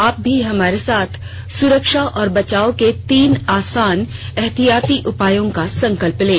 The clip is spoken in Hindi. आप भी हमारे साथ सुरक्षा और बचाव के तीन आसान एहतियाती उपायों का संकल्प लें